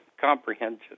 comprehension